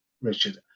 richard